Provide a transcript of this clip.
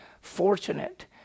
fortunate